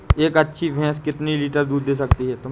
एक अच्छी भैंस कितनी लीटर दूध दे सकती है?